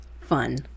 fun